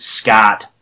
Scott